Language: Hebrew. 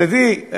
שתדעי,